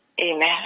Amen